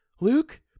Luke